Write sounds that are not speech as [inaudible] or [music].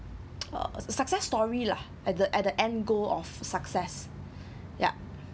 [noise] uh success story lah at the at the end goal of success